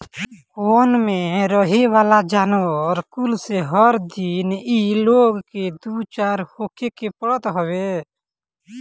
वन में रहेवाला जानवर कुल से हर दिन इ लोग के दू चार होखे के पड़त हवे